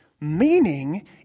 Meaning